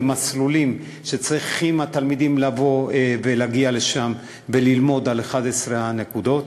ומסלולים שהתלמידים צריכים להגיע אליהם וללמוד על 11 הנקודות.